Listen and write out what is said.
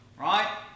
Right